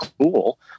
cool